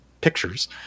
pictures